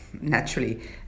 naturally